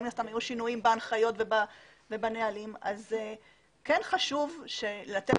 מן הסתם היו שינויים בהנחיות ובנהלים ולכן כן חשוב לתת